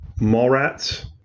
Mallrats